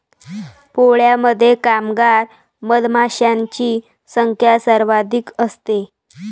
पोळ्यामध्ये कामगार मधमाशांची संख्या सर्वाधिक असते